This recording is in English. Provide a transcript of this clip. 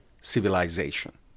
civilization